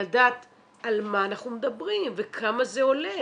לדעת על מה אנחנו מדברים וכמה זה עולה.